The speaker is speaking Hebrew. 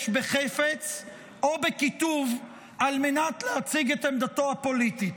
בחפץ או בכיתוב על מנת להציג את עמדתו הפוליטית.